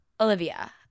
Olivia